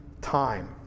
time